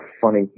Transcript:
funny